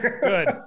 Good